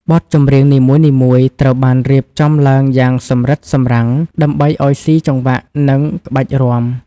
បទចម្រៀងនីមួយៗត្រូវបានរៀបចំឡើងយ៉ាងសម្រិតសម្រាំង ដើម្បីឱ្យស៊ីចង្វាក់នឹងក្បាច់រាំ។